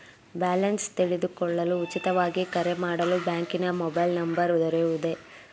Balance ತಿಳಿದುಕೊಳ್ಳಲು ಉಚಿತವಾಗಿ ಕರೆ ಮಾಡಲು ಬ್ಯಾಂಕಿನ ಮೊಬೈಲ್ ನಂಬರ್ ದೊರೆಯುವುದೇ?